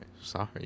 Sorry